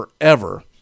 forever